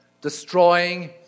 destroying